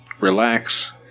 Relax